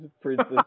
Princess